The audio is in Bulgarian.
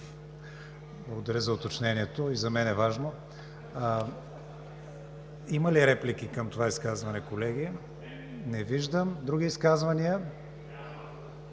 Благодаря за уточнението и за мен е важно. Има ли реплики към това изказване, колеги? Не виждам. Други изказвания? Отляво